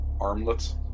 armlets